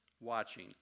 watching